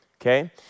Okay